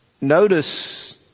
notice